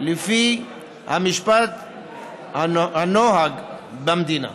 לפי המשפט הנוהג במדינה,